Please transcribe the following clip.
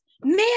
man